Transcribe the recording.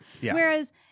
Whereas